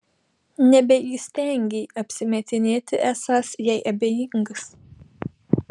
nebeįstengei apsimetinėti esąs jai abejingas